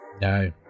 No